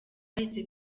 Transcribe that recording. bahise